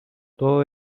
todo